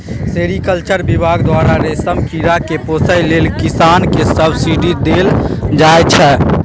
sericulture बिभाग द्वारा रेशम कीरा केँ पोसय लेल किसान केँ सब्सिडी देल जाइ छै